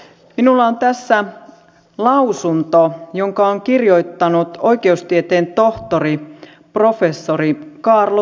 minulla on tässä lausunto jonka on kirjoittanut oikeustieteen tohtori professori kaarlo tuori